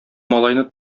малайны